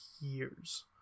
years